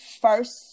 first